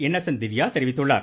Innocent Divya தெரிவித்துள்ளார்